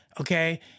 Okay